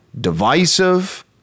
divisive